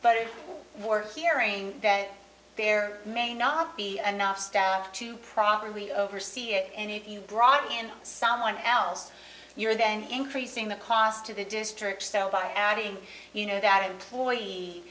but it more hearing that there may not be enough staff to properly oversee it and if you bing and someone else you're then increasing the cost to the district by adding you know that employee